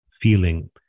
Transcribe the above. feeling